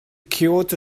kyoto